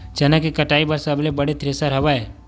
चना के कटाई बर सबले बने थ्रेसर हवय?